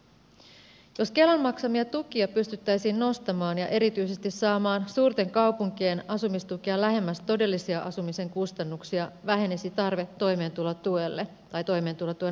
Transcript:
jos kelan maksamia tukia pystyttäisiin nostamaan ja erityisesti saamaan suurten kaupunkien asumistukia lähemmäs todellisia asumisen kustannuksia vähenisi tarve toimeentulotuen asumislisälle